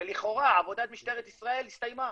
ולכאורה עבודת משטרת ישראל הסתיימה.